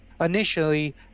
initially